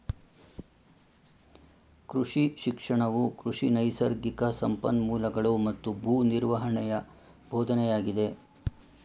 ಕೃಷಿ ಶಿಕ್ಷಣವು ಕೃಷಿ ನೈಸರ್ಗಿಕ ಸಂಪನ್ಮೂಲಗಳೂ ಮತ್ತು ಭೂ ನಿರ್ವಹಣೆಯ ಬೋಧನೆಯಾಗಿದೆ